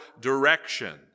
direction